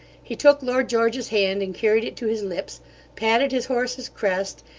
he took lord george's hand and carried it to his lips patted his horse's crest,